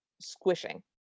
squishing